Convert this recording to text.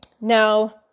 Now